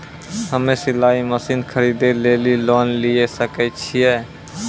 हम्मे सिलाई मसीन खरीदे लेली लोन लिये सकय छियै?